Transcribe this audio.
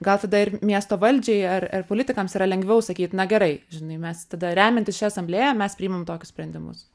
gal tada ir miesto valdžiai ar ar politikams yra lengviau sakyt na gerai žinai mes tada remiantis šia asamblėja mes priimam tokius sprendimus